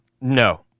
No